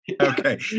Okay